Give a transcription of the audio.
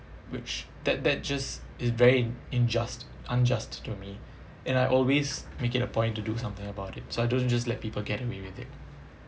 which that that just is very injust unjust to me and I always make it a point to do something about it so I don't just let people get away with it